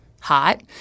hot